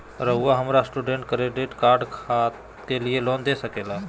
रहुआ हमरा student credit card के लिए लोन दे सके ला?